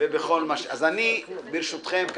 ברשותכם,